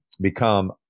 become